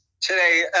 today